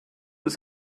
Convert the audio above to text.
ist